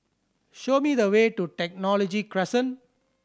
show me the way to Technology Crescent